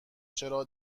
چرا